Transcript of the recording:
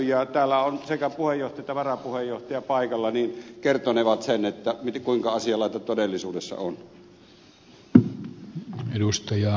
kun täällä ovat sekä puheenjohtaja että varapuheenjohtaja paikalla niin he kertonevat sen kuinka asianlaita todellisuudessa on